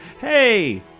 Hey